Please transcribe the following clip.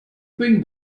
think